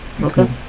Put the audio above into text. Okay